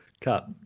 Cut